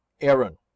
aaron